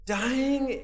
dying